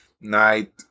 night